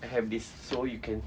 I have this so you can